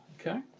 Okay